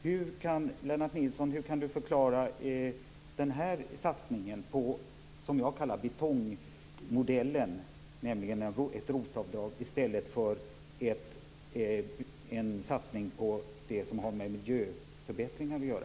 Hur kan Lennart Nilsson förklara att man gör den här satsningen, som jag kallar betongmodellen, på ett ROT-avdrag i stället för en satsning på det som har med miljöförbättringar att göra?